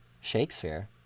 Shakespeare